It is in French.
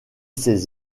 ses